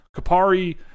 Kapari